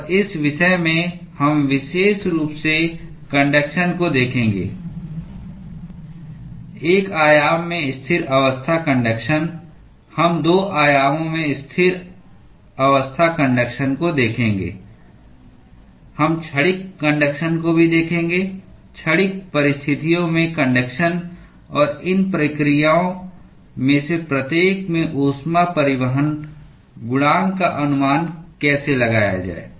और इस विषय में हम विशेष रूप से कन्डक्शन को देखेंगे एक आयाम में स्थिर अवस्था कन्डक्शन हम 2 आयामों में स्थिर अवस्था कन्डक्शन को देखेंगे हम क्षणिक कन्डक्शन को भी देखेंगे क्षणिक परिस्थितियों में कन्डक्शन और इन प्रक्रियाओं में से प्रत्येक में ऊष्मा परिवहन गुणांक का अनुमान कैसे लगाया जाए